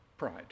pride